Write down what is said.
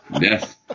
yes